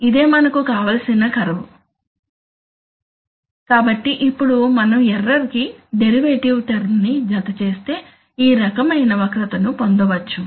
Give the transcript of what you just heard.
ఇదే మనకు కావలసిన కర్వ్ ఇది కాబట్టి ఇప్పుడు మనం ఎర్రర్ కి డెరివేటివ్ టర్మ్ ని జతచేస్తే ఈ రకమైన వక్రతను పొందవచ్చు